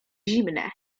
zimne